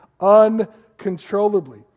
uncontrollably